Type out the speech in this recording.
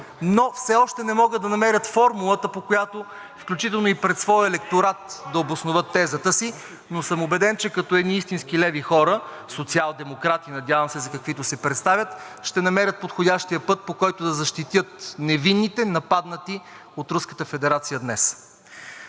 но все още не могат да намерят формулата, по която включително и пред своя електорат да обосноват тезата си, но съм убеден, че като едни истински леви хора, социалдемократи, надявам се, за каквито се представят, ще намерят подходящия път, по който да защитят невинните, нападнати от Руската